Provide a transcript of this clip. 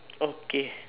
okay